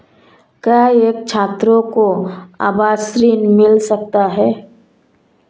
क्या एक छात्र को आवास ऋण मिल सकता है?